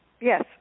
Yes